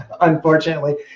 Unfortunately